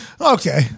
Okay